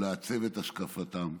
או לעצב את השקפתם.